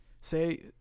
Say